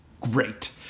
Great